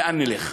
לאן נלך?